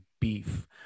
beef